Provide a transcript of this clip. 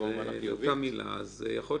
אז אני מבין